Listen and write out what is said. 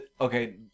Okay